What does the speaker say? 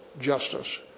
Justice